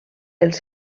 els